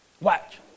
Watch